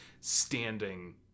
standing